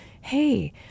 hey